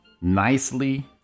nicely